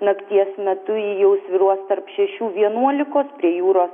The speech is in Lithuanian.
nakties metu ji jau svyruos tarp šešių vienuolikos prie jūros